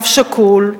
אב שכול,